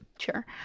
Sure